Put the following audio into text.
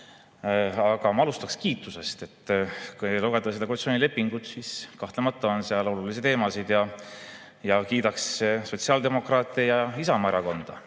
Aga ma alustaksin kiitusest. Kui lugeda koalitsioonilepingut, siis kahtlemata on seal olulisi teemasid. Ja kiidaks sotsiaaldemokraate ja Isamaa Erakonda.